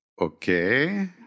Okay